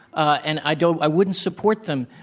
and i don't i wouldn't support them.